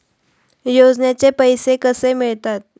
योजनेचे पैसे कसे मिळतात?